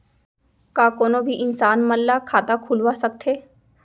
का कोनो भी इंसान मन ला खाता खुलवा सकथे?